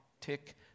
tick